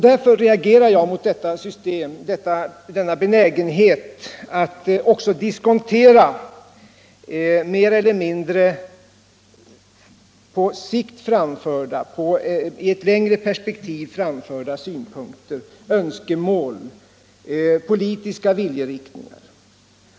Därför reagerade jag mot denna benägenhet att mer eller mindre diskontera i ett längre perspektiv framförda synpunkter, önskemål och politiska viljeyttringar.